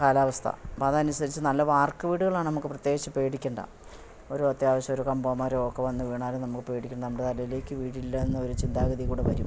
കാലാവസ്ഥ അപ്പം അതനുസരിച്ച് നല്ല വാർക്ക് വീടുകളാണ് നമുക്ക് പ്രത്യേകിച്ച് പേടിക്കേണ്ട ഒരു അത്യാവശ്യം ഒരു കമ്പോ മരോ ഒക്കെ വന്ന് വീണാലും നമ്മൾ പേടിക്കേണ്ട നമ്മുടെ തലയിലേക്ക് വീഴില്ല എന്നൊരു ചിന്താഗതികൂടെ വരും